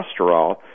cholesterol